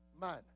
man